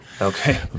Okay